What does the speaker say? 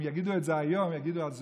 אם יגידו את זה היום יגידו: הזויים.